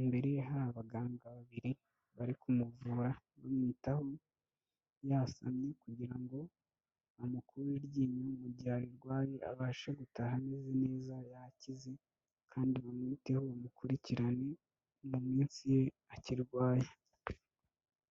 imbere ye hari abaganga babiri bari kumuvura bamwitaho, yasamye kugira ngo amukure iryinyo mu gihe arirwaye abashe gutaha ameze neza yakize kandi bamwiteho bamukurikirane mu minsi ye akirwaye.